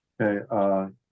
okay